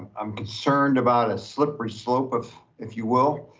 i'm concerned about a slippery slope of. if you will,